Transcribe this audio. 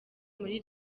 muri